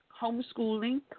homeschooling